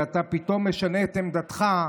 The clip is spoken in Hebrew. ואתה פתאום משנה את עמדתך,